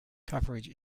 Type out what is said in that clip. coverage